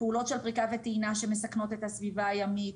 פעולות של פריקה וטעינה שמסכנות את הסביבה הימית,